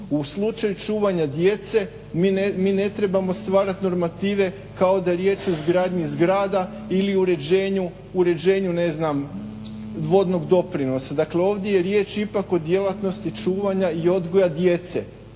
U slučaju čuvanja djece mi ne trebamo stvarat normative kao da je riječ o izgradnji zgrada ili uređenju, ne znam vodnog doprinosa. Dakle, ovdje je riječ ipak o djelatnosti čuvanja i odgoja djece.